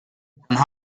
dann